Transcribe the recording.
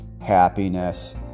happiness